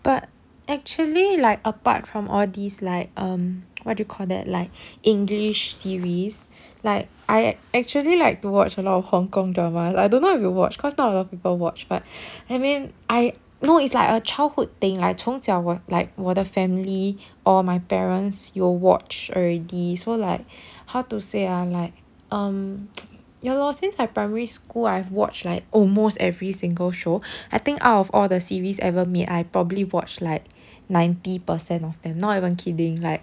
but actually like apart from all these like um what do you call that like english series like I actually like to watch a lot of hong-kong drama I don't know if you watch cause not a lot of people watch but I mean I know it's like a childhood thing 来从小 will like 我的 family or my parents 有 watch already so like how to say ah like um ya lor since I primary school I've watched like almost every single show I think out of all the series ever made I probably watch like ninety percent of them not even kidding like